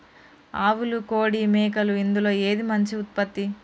ఆవులు కోడి మేకలు ఇందులో ఏది మంచి ఉత్పత్తి?